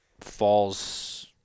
falls